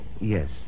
Yes